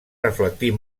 reflectir